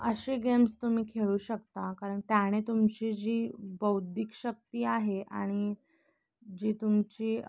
असे गेम्स तुम्ही खेळू शकता कारण त्याने तुमची जी बौद्धिक शक्ती आहे आणि जी तुमची